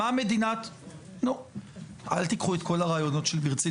אל תיקחו את כל הרעיונות שלי ברצינות.